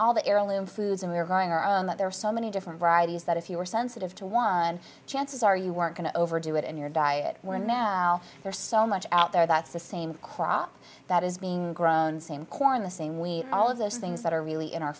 all the heirloom foods and we are growing our own that there are so many different varieties that if you are sensitive to one chances are you weren't going to overdo it in your diet where now there's so much out there that's the same quality that is being grown same corn the same we all of those things that are really in our